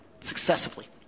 successively